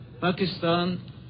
Pakistan